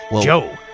Joe